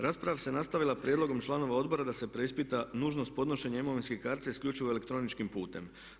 Rasprava se nastavila prijedlogom članova Odbora da se preispita nužnost podnošenja imovinske kartice isključivo elektroničkim putem.